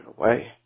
away